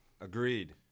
agreed